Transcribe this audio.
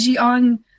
on